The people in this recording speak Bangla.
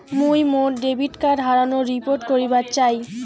মুই মোর ডেবিট কার্ড হারানোর রিপোর্ট করিবার চাই